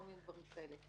וכל מיני דברים כאלה.